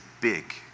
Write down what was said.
big